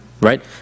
right